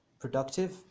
productive